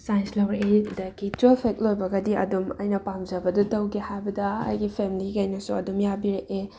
science ꯂꯧꯔꯛꯑꯦ ꯑꯗꯨꯗꯒꯤ ꯇꯨꯌꯦꯜꯐ ꯍꯦꯛ ꯂꯣꯏꯕꯒꯗꯤ ꯑꯗꯨꯝ ꯑꯩꯅ ꯄꯥꯝꯖꯕꯗꯨ ꯇꯧꯒꯦ ꯍꯥꯏꯕꯗ ꯑꯩꯒꯤ ꯐꯦꯝꯂꯤꯒꯩꯅꯁꯨ ꯑꯗꯨꯝ ꯌꯥꯕꯤꯔꯛꯑꯦ